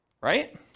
right